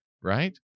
right